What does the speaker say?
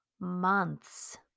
months